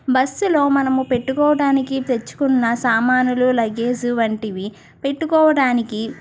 బస్సులో మనం పెట్టుకోవడానికి తెచ్చుకున్న సామానులు లగేజ్ వంటివి పెట్టుకోవడానికి